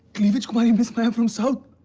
cleavage queen miss maya from south?